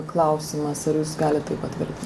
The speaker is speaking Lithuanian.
klausimas ar jūs galit tai patvirtint